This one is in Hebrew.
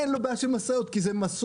אין לו בעיה של משאיות כי זה מסוע.